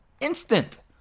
instant